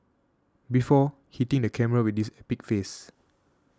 before hitting the camera with this epic face